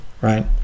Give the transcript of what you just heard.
right